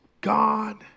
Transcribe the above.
God